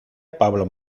pablo